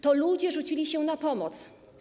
To ludzie rzucili się na pomoc.